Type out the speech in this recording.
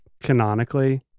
canonically